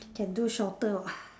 can do shorter [what]